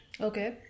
Okay